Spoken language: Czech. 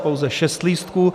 Pouze šest lístků.